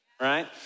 Right